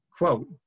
quote